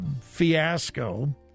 fiasco